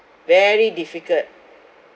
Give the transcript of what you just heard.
very difficult